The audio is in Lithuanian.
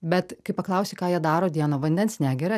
bet kai paklausi ką jie daro dieną vandens negeria